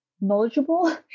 knowledgeable